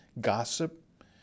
gossip